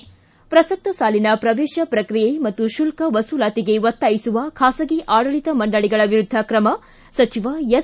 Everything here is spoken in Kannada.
ಿ ಪ್ರಸಕ್ತ ಸಾಲಿನ ಪ್ರವೇಶ ಪ್ರಕ್ರಿಯೆ ಮತ್ತು ಶುಲ್ಕ ವಸೂಲಾತಿಗೆ ಒತ್ತಾಯಿಸುವ ಖಾಗಿ ಆಡಳಿತ ಮಂಡಳಿಗಳ ವಿರುದ್ದ ಕ್ರಮ ಸಚಿವ ಎಸ್